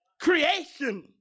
Creation